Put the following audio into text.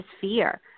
fear